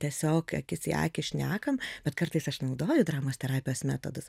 tiesiog akis į akį šnekam bet kartais aš naudoju dramos terapijos metodus